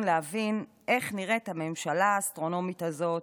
להבין איך נראית הממשלה האסטרונומית הזאת.